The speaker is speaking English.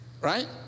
Right